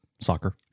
Soccer